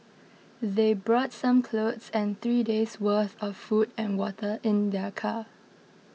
they brought some clothes and three days' worth of food and water in their car